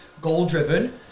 goal-driven